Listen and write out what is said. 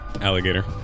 Alligator